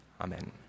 Amen